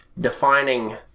defining